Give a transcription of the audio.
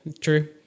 true